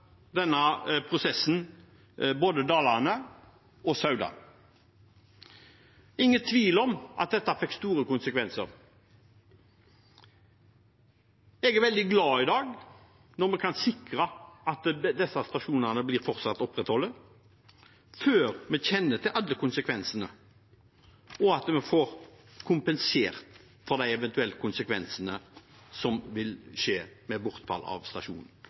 denne prosessen både Dalane og Sauda. Det er ingen tvil om at dette fikk store konsekvenser. Jeg er veldig glad i dag for at vi kan sikre at disse stasjonene fortsatt blir opprettholdt, før vi kjenner til alle konsekvensene, og at en får kompensert for eventuelle konsekvenser ved bortfall av stasjonene. For Sauda med